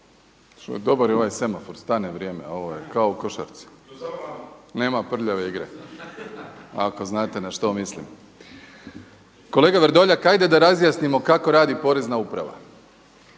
Dobar je ovaj semafor, stane vrijeme ovo je kao u košarci, nema prljave igre, ako znate na što mislim. Kolega Vrdoljak, ajde da razjasnimo kako radi Porezna uprava.